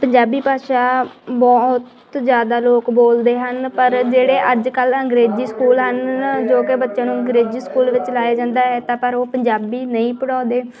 ਪੰਜਾਬੀ ਭਾਸ਼ਾ ਬਹੁਤ ਜ਼ਿਆਦਾ ਲੋਕ ਬੋਲਦੇ ਹਨ ਪਰ ਜਿਹੜੇ ਅੱਜ ਕੱਲ੍ਹ ਅੰਗਰੇਜ਼ੀ ਸਕੂਲ ਹਨ ਜੋ ਕਿ ਬੱਚਿਆਂ ਨੂੰ ਅੰਗਰੇਜ਼ੀ ਸਕੂਲ ਵਿੱਚ ਲਾਏ ਜਾਂਦਾ ਹੈ ਤਾਂ ਪਰ ਉਹ ਪੰਜਾਬੀ ਨਹੀਂ ਪੜ੍ਹਾਉਂਦੇ